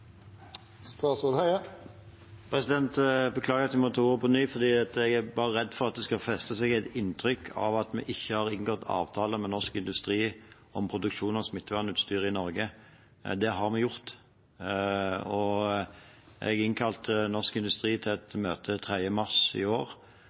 bare redd for at det skal feste seg et inntrykk av at vi ikke har inngått avtale med Norsk Industri om produksjon av smittevernutstyr i Norge. Det har vi gjort. Jeg innkalte Norsk Industri til et